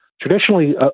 traditionally